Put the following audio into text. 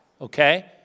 okay